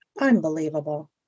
Unbelievable